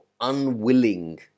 unwilling